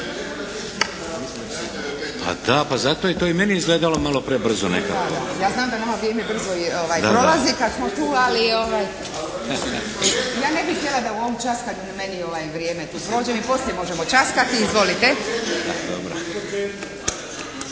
Pa da, pa zato je to i meni izgledalo malo prebrzo nekako. **Antičević Marinović, Ingrid (SDP)** Da, da. Ja znam da nama vrijeme brzo prolazi kad smo tu, ali ja ne bih htjela da u ovom časkanju meni vrijeme tu prođe, mi poslije možemo časkati. Izvolite.